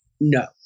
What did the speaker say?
No